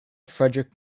frederick